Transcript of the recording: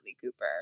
Cooper